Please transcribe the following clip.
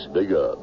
Bigger